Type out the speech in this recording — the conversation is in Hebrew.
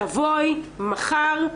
תבואי מחר,